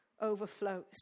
overflows